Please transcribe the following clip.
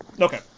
Okay